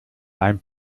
ein